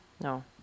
No